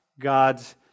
God's